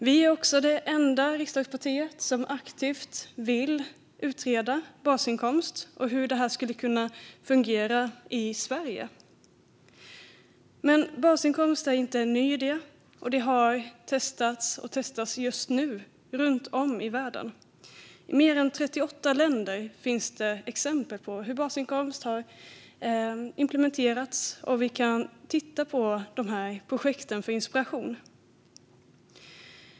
Vi är också det enda riksdagspartiet som aktivt vill utreda hur en basinkomst kan fungera i Sverige. Men basinkomst är inte en ny idé, och den testas just nu runt om i världen. I mer än 38 länder finns exempel på hur basinkomst har implementerats, och vi kan titta på projekten för inspiration.